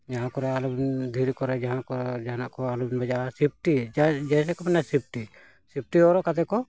ᱡᱟᱦᱟᱸ ᱠᱚᱨᱮ ᱟᱞᱚᱵᱤᱱ ᱫᱷᱤᱨᱤ ᱠᱚᱨᱮ ᱡᱟᱦᱟᱸ ᱠᱚᱨᱮ ᱡᱟᱦᱟᱱᱟᱜ ᱠᱚ ᱟᱞᱚᱵᱮᱱ ᱵᱟᱡᱟᱣᱟ ᱥᱮᱯᱷᱴᱤ ᱡᱟ ᱡᱟᱭᱜᱟ ᱠᱚ ᱢᱮᱱᱟᱜᱼᱟ ᱥᱮᱯᱷᱴᱤ ᱥᱮᱯᱴᱤ ᱦᱚᱨᱚᱜ ᱠᱟᱛᱮᱫ ᱠᱚ